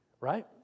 right